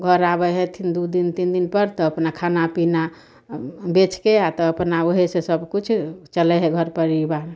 घर आबै हइ दू दिन तीन दिन पर तऽ अपना खाना पीना बेच के आ तब अपना ओहे से सबकुछ चलै है घर परिवार